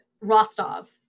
Rostov